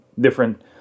different